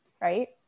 right